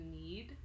need